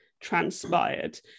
transpired